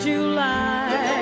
July